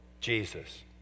Jesus